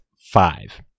five